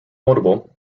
notable